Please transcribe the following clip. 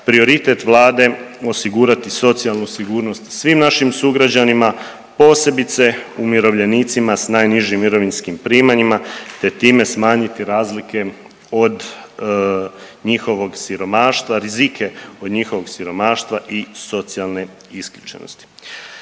prioritet Vlade osigurati socijalnu sigurnost svim našim sugrađanima posebice umirovljenicima sa najnižim mirovinskim primanjima, te time smanjiti razlike od njihovog siromaštva, rizike od njihovog siromaštva i socijalne isključenosti.